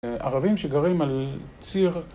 ערבים שגרים על ציר